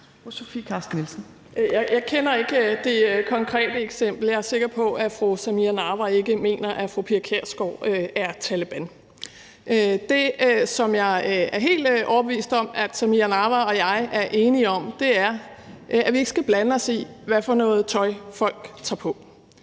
Jeg kender ikke det konkrete eksempel. Jeg er sikker på, at fru Samira Nawa ikke mener, at fru Pia Kjærsgaard er Taleban. Det, som jeg er helt overbevist om at fru Samira Nawa og jeg er enige om, er, at vi ikke skal blande os i, hvad for noget tøj folk tager på.